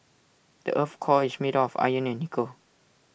the Earth's core is made of iron and nickel